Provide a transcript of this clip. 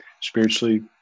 spiritually